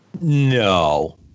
No